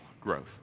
growth